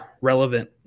relevant